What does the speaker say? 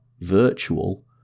virtual